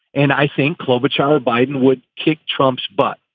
and i think club, which i biden would kick trump's butt.